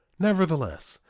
nevertheless,